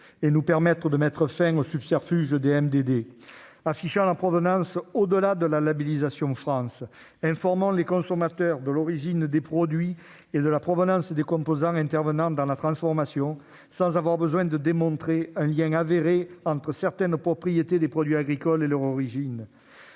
et nous permettre de mettre fin au subterfuge des marques de distributeur, les MDD. Affichons les provenances, au-delà de la labélisation France. Informons les consommateurs de l'origine des produits et de la provenance des composants intervenant dans la transformation, sans avoir besoin de démontrer « un lien avéré entre certaines propriétés des produits agricoles et leur origine